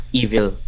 evil